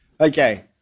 Okay